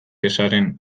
ezaren